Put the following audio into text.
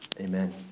Amen